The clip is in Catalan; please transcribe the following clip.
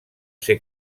ser